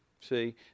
See